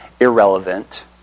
irrelevant